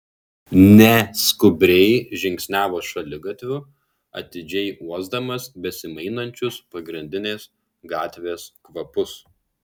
neskubriai žingsniavo šaligatviu atidžiai uosdamas besimainančius pagrindinės gatvės kvapus